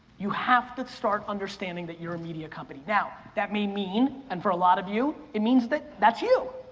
you have to start understanding that you're a media company. now, that may mean, and for a lot of you, it means that that's you,